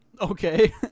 Okay